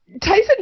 Tyson